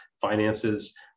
finances